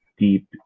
deep